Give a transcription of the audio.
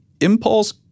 impulse